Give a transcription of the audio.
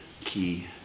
key